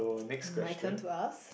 my turn to ask